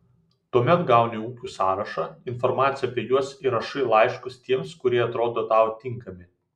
tuomet gauni ūkių sąrašą informaciją apie juos ir rašai laiškus tiems kurie atrodo tau tinkami